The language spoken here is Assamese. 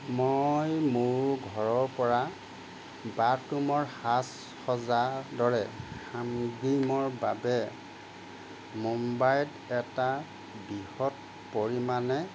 মই মোৰ ঘৰৰ পৰা বাথৰুমৰ সাজ সজ্জাৰ দৰে সামগ্ৰীমৰ বাবে মুম্বাইত এটা বৃহৎ পৰিমাণে